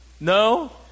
No